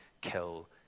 kill